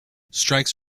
strikes